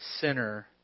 sinner